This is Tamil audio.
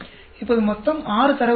இப்போது மொத்தம் ஆறு தரவு புள்ளிகள்